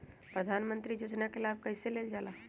प्रधानमंत्री योजना कि लाभ कइसे लेलजाला?